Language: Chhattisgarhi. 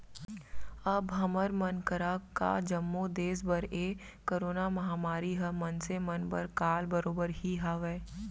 अब हमर मन करा का जम्मो देस बर ए करोना महामारी ह मनसे मन बर काल बरोबर ही हावय